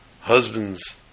husbands